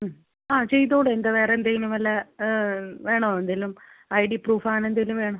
ഉം ആ ചെയ്തുകൂടേ എന്താണ് വേറെ എന്തെങ്കിലും വല്ല വേണോ എന്തെങ്കിലും ഐ ഡി പ്രൂഫ് അങ്ങനെ എന്തെങ്കിലും വേണോ